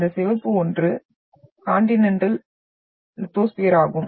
இந்த சிவப்பு ஒன்று கான்டினென்டல் லித்தோஸ்பியர் ஆகும்